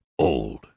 old